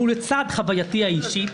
ולצד חווייתי האישית,